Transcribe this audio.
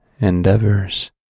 endeavors